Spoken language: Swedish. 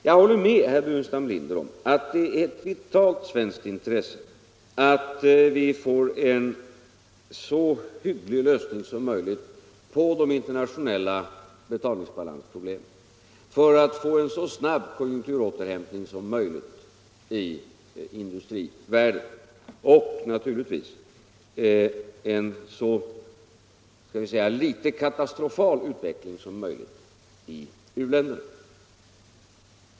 Jag håller med herr Burenstam Linder om att det är ett vitalt svenskt intresse att få en lösning på de internationella betalningsbalansproblemen för att åstadkomma en så snabb konjunkturåterhämtning som möjligt i industrivärlden och — naturligtvis — en så litet katastrofal utveckling som möjligt i u-länderna.